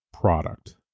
product